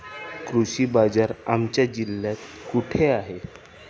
कृषी बाजार आमच्या जिल्ह्यात कुठे आहे?